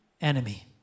enemy